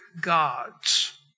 gods